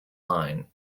line